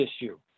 issue